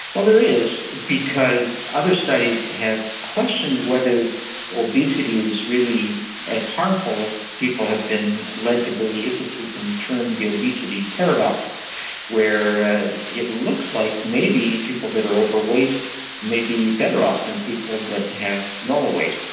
well, there is because other studies have questioned whether obesity is really as harmful as people have been led to believe. this has been termed the obesity paradox where it looks like maybe people that are overweight may be better off than people that have normal weight.